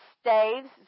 staves